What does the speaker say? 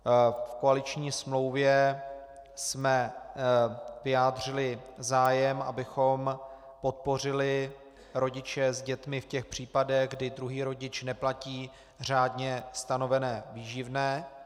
V koaliční smlouvě jsme vyjádřili zájem, abychom podpořili rodiče s dětmi v těch případech, kdy druhý rodič neplatí řádně stanovené výživné.